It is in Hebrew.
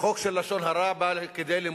החוק של לשון הרע בא למוטט,